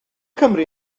cymru